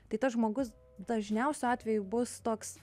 tai tas žmogus dažniausiu atveju bus toks